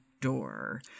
door